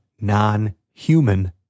non-human